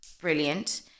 brilliant